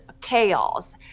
chaos